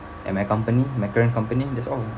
and my company my current company that's all